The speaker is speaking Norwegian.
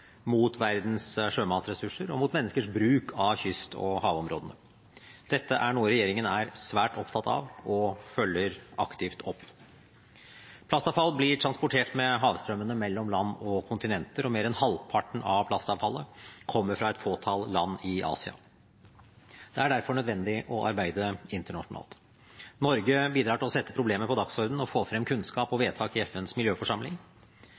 mot verdens sjømatressurser og mot menneskers bruk av kyst- og havområdene. Dette er noe regjeringen er svært opptatt av og følger aktivt opp. Plastavfall blir transportert med havstrømmene mellom land og kontinenter, og mer enn halvparten av plastavfallet kommer fra et fåtall land i Asia. Det er derfor nødvendig å arbeide internasjonalt. Norge bidrar til å sette problemet på dagsordenen og få frem kunnskap og vedtak i FNs miljøforsamling.